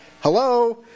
hello